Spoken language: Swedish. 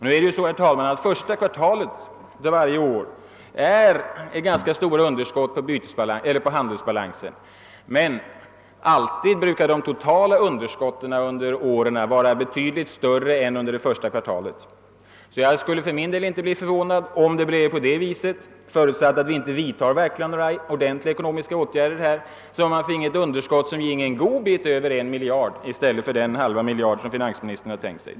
| Nu är det ju så, herr talman, att det varje år brukar vara ganska stora underskott i handelsbalansen under första kvartalet, men de totala underskotten under åren brukar alltid vara betydligt större än under det första kvartalet. Jag skulle för min del inte bli förvånad om det bleve på det sättet, förutsatt att vi inte vidtar några verkliga ekonomiska åtgärder, att vi får ett underskott som går en god bit över en miljard i stället för den halva miljard som finansministern tänkt sig.